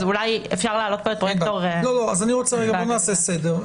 בואו נעשה סדר.